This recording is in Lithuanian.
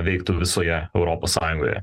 veiktų visoje europos sąjungoje